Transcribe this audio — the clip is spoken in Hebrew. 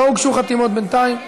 לא הוגשו חתימות בינתיים.